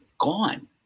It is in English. gone